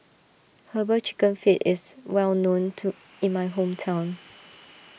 Herbal Chicken Feet is well known to in my hometown